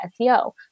SEO